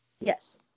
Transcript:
Yes